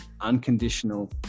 unconditional